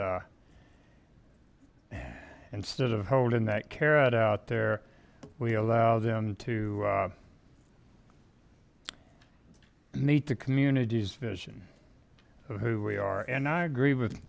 instead of holding that carrot out there we allow them to meet the community's vision who we are and i agree with